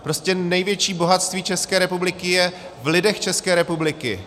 Prostě největší bohatství České republiky je v lidech České republiky.